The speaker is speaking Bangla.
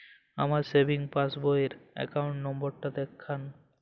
আমার সেভিংস পাসবই র অ্যাকাউন্ট নাম্বার টা দেখান?